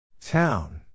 Town